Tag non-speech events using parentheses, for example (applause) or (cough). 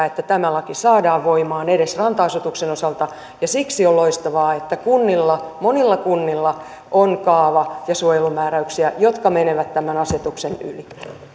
(unintelligible) että tämä laki saadaan voimaan edes ranta asutuksen osalta ja siksi on loistavaa että kunnilla monilla kunnilla on kaava ja suojelumääräyksiä jotka menevät tämän asetuksen